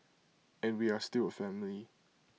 and we are still A family